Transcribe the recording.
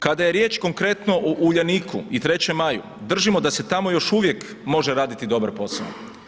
Kada je riječ konkretno o Uljaniku i 3. Maju, držimo da se tamo još uvijek može raditi dobar posao.